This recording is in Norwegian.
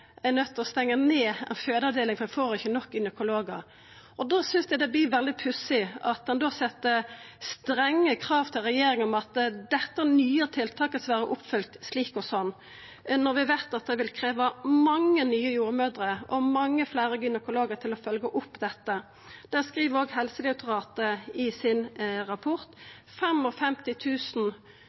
får nok gynekologar. Da synest eg det vert veldig pussig at ein set strenge krav til regjeringa om at dette nye tiltaket skal vera oppfylt slik eller sånn, når vi veit at det vil krevja mange nye jordmødrer og mange fleire gynekologar til å følgja opp dette. Det skriv òg Helsedirektoratet i sin rapport: